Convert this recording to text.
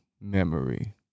memory